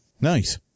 Nice